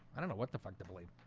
i don't know what the fuck to believe